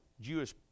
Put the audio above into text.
Jewish